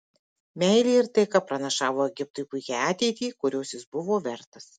meilė ir taika pranašavo egiptui puikią ateitį kurios jis buvo vertas